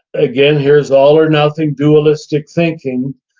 again here's all or nothing dualistic thinking,